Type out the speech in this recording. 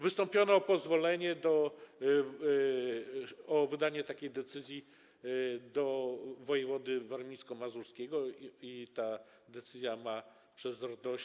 Wystąpiono o pozwolenie, o wydanie takiej decyzji do wojewody warmińsko-mazurskiego i ta decyzja ma być wydana przez RDOŚ.